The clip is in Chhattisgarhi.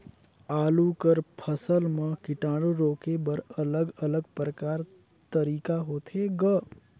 आलू कर फसल म कीटाणु रोके बर अलग अलग प्रकार तरीका होथे ग?